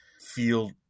feel